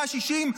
160,